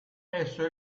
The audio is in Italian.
esso